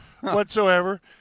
whatsoever